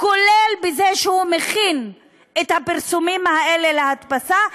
כולל בזה שהוא מכין את הפרסומים האלה להדפסה,